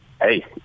hey